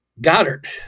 Goddard